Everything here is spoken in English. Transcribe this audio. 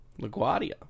LaGuardia